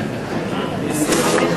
ישיב.